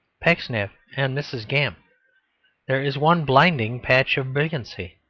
pecksniff and mrs. gamp there is one blinding patch of brilliancy,